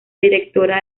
directora